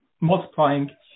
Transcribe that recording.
multiplying